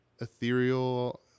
ethereal